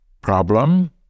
problem